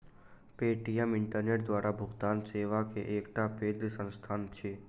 Paytm internet द्वारा भुगतान सेवा के एकटा पैघ संस्थान अछि